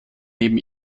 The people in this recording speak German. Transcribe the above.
neben